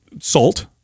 Salt